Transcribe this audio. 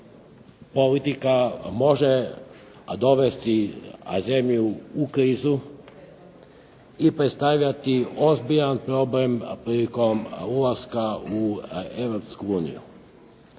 politika može dovesti zemlju u krizu i predstavljati ozbiljan problem prilikom ulaska u Europsku uniju.